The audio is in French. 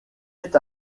est